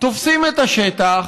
תופסים את השטח,